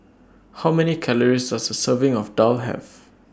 How Many Calories Does A Serving of Daal Have